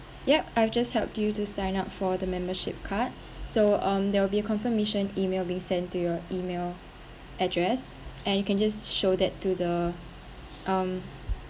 yup I've just help you to sign up for the membership card so um there will be a confirmation email being sent to your email address and you can just show that to the um